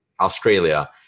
Australia